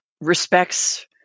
respects